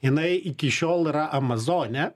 jinai iki šiol yra amazone